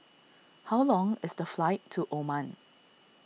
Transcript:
how long is the flight to Oman